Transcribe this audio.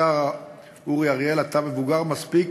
השר אורי אריאל, אתה מבוגר מספיק